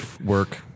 work